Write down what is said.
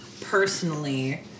personally